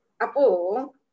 Apo